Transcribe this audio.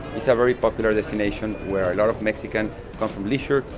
is a very popular destination where a lot of mexican come from leisure,